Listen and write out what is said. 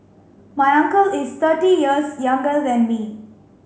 my uncle is thirty years younger than me